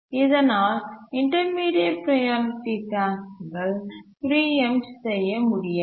இதனால் intermediate priority task preempt செய்ய முடியாது